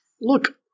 Look